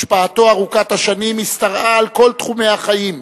השפעתו ארוכת השנים השתרעה על כל תחומי החיים: